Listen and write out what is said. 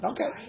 Okay